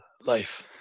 life